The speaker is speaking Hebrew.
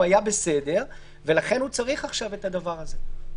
היה בסדר ולכן הוא צריך עכשיו את הדבר הזה.